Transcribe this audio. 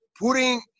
putting